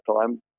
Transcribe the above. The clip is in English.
time